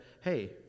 hey